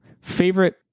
Favorite